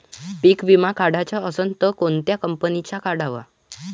पीक विमा काढाचा असन त कोनत्या कंपनीचा काढाव?